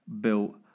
built